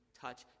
touch